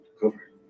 cover